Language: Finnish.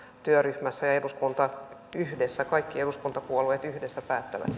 työryhmässä ja että eduskunta yhdessä kaikki eduskuntapuolueet yhdessä päättävät